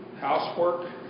housework